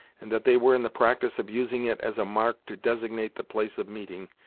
and that they were in the practice of using it as a mark to designate the place of meeting,